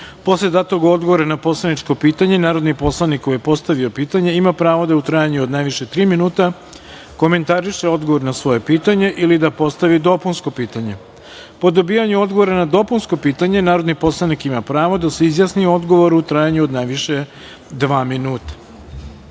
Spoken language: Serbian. Posle datog odgovora na poslaničko pitanje, narodni poslanik koji je postavio pitanje ima pravo da, u trajanju od najviše tri minuta, komentariše odgovor na svoje pitanje ili da postavi dopunsko pitanje. Po dobijanju odgovora na dopunsko pitanje, narodni poslanik ima pravo da se izjasni o odgovoru u trajanju najviše dva minuta.